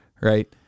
right